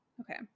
Okay